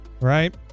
Right